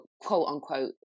quote-unquote